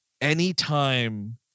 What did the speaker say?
Anytime